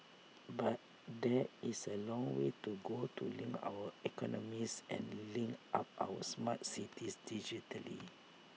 but there is A long way to go to link our economies and link up our smart cities digitally